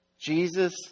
Jesus